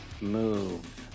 move